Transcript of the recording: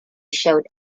showed